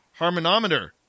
Harmonometer